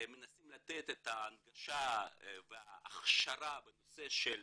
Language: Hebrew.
מנסים לתת את ההנגשה וההכשרה בנושא של